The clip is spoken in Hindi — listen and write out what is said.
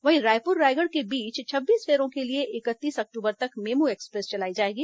वहीं रायपुर रायगढ़ के बीच छब्बीस फेरों के लिए इकतीस अक्टूबर तक मेमू एक्सप्रेस चलाई जाएगी